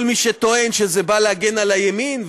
כל מי שטוען שזה בא להגן על הימין,